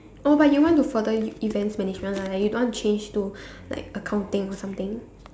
oh but you want to further events management ah like you don't want change to like accounting or something